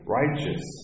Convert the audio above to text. righteous